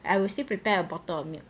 I will still prepare a bottle of milk